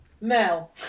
Mel